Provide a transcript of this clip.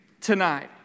tonight